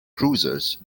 cruisers